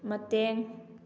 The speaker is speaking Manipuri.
ꯃꯇꯦꯡ